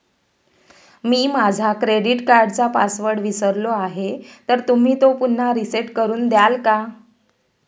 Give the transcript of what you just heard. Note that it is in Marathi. मी माझा क्रेडिट कार्डचा पासवर्ड विसरलो आहे तर तुम्ही तो पुन्हा रीसेट करून द्याल का?